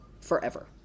forever